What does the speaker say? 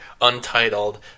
untitled